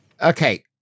Okay